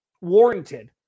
warranted